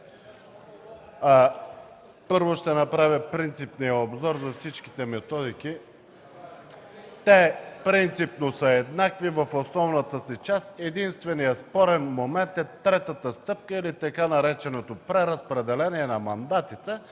Първо ще направя принципния обзор за всичките методики. Те принципно са еднакви в основната си част, единственият спорен момент е третата стъпка или така нареченото „преразпределение на мандатите”